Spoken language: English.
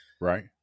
right